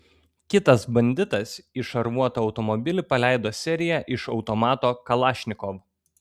kitas banditas į šarvuotą automobilį paleido seriją iš automato kalašnikov